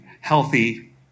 healthy